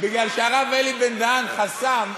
בגלל שהרב אלי בן-דהן חסם,